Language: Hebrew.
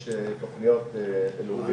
צריכה לצאת קריאה לאותם מקומות להתארגן,